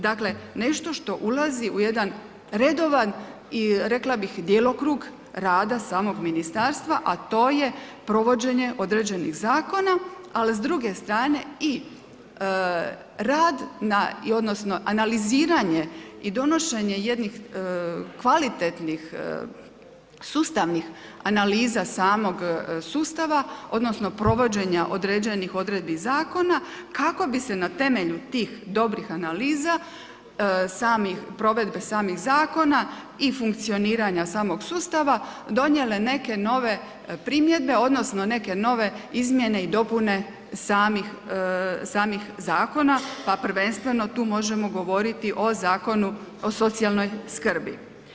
Dakle, nešto što ulazi u jedan redovan i rekla bih, djelokrug rada samog Ministarstva, a to je provođenje određenih zakona, ali s druge strane i rad na, odnosno analiziranje i donošenje jednih kvalitetnih sustavnih analiza samog sustava, odnosno provođenja određenih odredbi zakona kako bi se na temelju tih dobrih analiza, provedbe samih zakona i funkcioniranja samog sustava donijele neke nove primjedbe, odnosno neke nove izmjene i dopune samih zakona, pa prvenstveno tu možemo govoriti o Zakonu o socijalnoj skrbi.